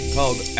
Called